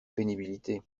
pénibilité